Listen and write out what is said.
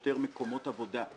יותר מקומות עבודה.